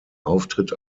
auftritt